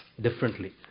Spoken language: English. differently